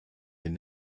den